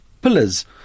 pillars